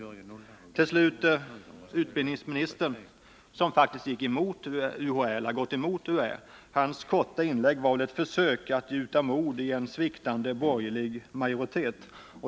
Jag vill till sist med anledning av att utbildningsministern faktiskt gått emot UHÄ säga att hans korta inlägg väl var ett försök att gjuta mod i en sviktande borgerlig majoritet.